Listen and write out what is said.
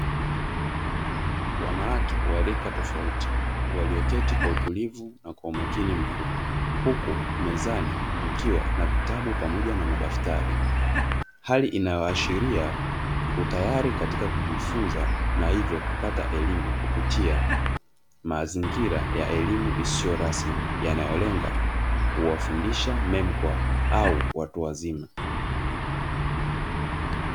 Wanawake wa rika tofauti walioketi kwa utulivu na kwa umakini mkubwa, huku mezani kukiwa na vitabu pamoja na madaftari hali inayoashiria utayari katika kujifunza, na hivyo kupata elimu kupitia mazingira ya elimu isiyo rasmi yanayolenga kuwafundisha memkwa au watu wazima.